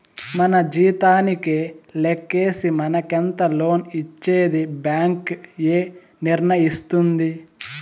మన జీతానికే లెక్కేసి మనకెంత లోన్ ఇచ్చేది బ్యాంక్ ఏ నిర్ణయిస్తుంది